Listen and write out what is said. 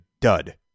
dud